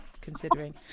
considering